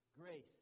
Grace